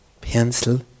pencil